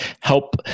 help